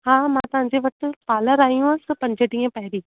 हा मां तव्हांजे वटि पार्लर आई हुअसि न पंज ॾींहं पहिरीं